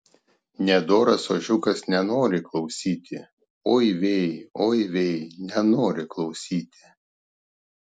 nedoras ožiukas nenori klausyti oi vei oi vei nenori klausyti